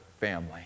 family